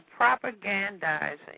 propagandizing